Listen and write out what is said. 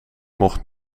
mocht